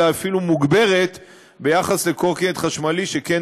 אלא אפילו מוגברת ביחס לקורקינט חשמלי שכן